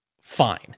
Fine